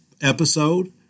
episode